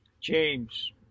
james